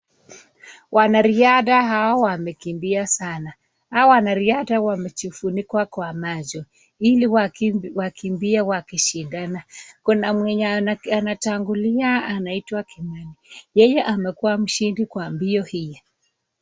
Wanariadha hawa wamekimbia sana hawa wanariadha wamejifunikwa kwa macho hili wakimbie wakishindana kuna mwenye anatangulia anaitwa Kimeli yeye amekua mshindi kwa mbio hii.